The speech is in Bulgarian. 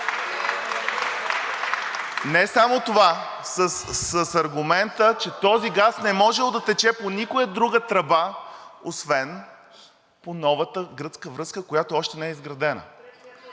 Не само това! С аргумента, че този газ не можел да тече по никоя друга тръба, освен по новата гръцка връзка, която още не е изградена.